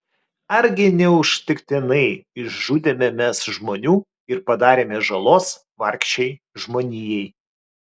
argi neužtektinai išžudėme mes žmonių ir padarėme žalos vargšei žmonijai